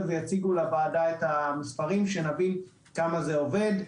ויציגו לוועדה את המספרים שנבין כמה זה עובד.